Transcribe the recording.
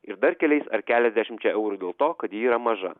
ir dar keliais ar keliasdešimčia eurų dėl to kad ji yra maža